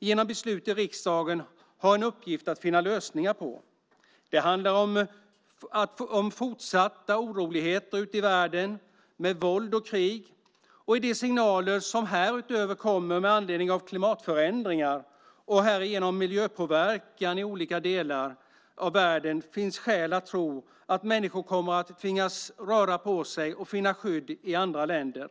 genom beslut i riksdagen har till uppgift att finna lösningar på. Det handlar om fortsatta oroligheter ute i världen med våld och krig. I de signaler som härutöver kommer med anledning av klimatförändringar och härigenom miljöpåverkan i olika delar av världen finns skäl att tro att människor kommer att tvingas röra på sig och finna skydd i andra länder.